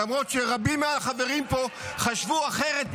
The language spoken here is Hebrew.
למרות שרבים מהחברים פה חשבו אחרת ממני,